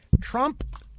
Trump